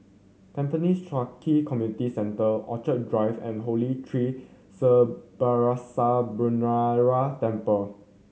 Tampines Changkat Community Centre Orchid Drive and Holy Tree Sri Balasubramaniar Temple